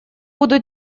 буду